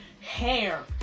hair